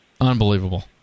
Unbelievable